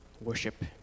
worship